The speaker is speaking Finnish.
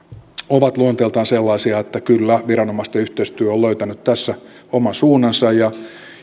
ovat luonteeltaan sellaisia että kyllä viranomaisten yhteistyö on löytänyt tässä oman suuntansa